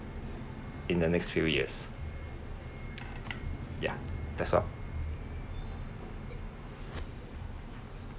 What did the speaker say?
in the next few years ya that's all